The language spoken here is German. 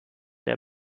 der